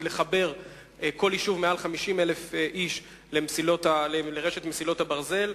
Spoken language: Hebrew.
לחבר כל יישוב שיש בו יותר מ-50,000 תושבים לרשת מסילות הברזל?